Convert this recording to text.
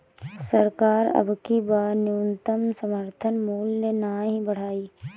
सरकार अबकी बार न्यूनतम समर्थन मूल्य नाही बढ़ाई